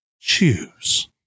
Choose